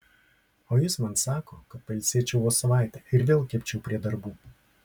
o jis man sako kad pailsėčiau vos savaitę ir vėl kibčiau prie darbų